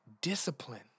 Discipline